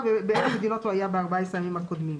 ובאילו מדינות הוא היה ב-14 הימים הקודמים.